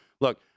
look